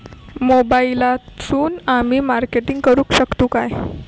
मोबाईलातसून आमी मार्केटिंग करूक शकतू काय?